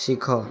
ଶିଖ